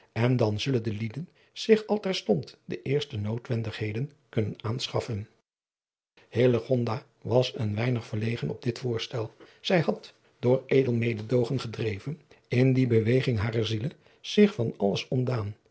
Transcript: en dan zullen de lieden zich al terstond de eerste noodwendigheden kunnen aanschaffen hillegonda was een weinig verlegen op dit voorstel zij had door edel mededoogen gedreven in die beweging harer ziele adriaan loosjes pzn het leven van hillegonda buisman zich van alles ontdaan